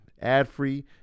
ad-free